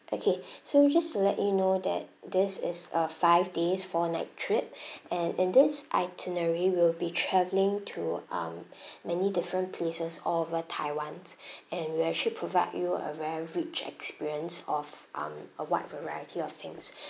okay so just to let you know that this is a five days four night trip and and this itinerary we'll be travelling to um many different places all over taiwan and we actually provide you a very rich experience of um a wide variety of things